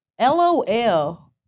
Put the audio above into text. LOL